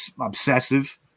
obsessive